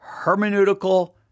hermeneutical